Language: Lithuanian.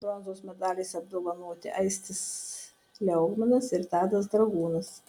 bronzos medaliais apdovanoti aistis liaugminas ir tadas dragūnas